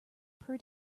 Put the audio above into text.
per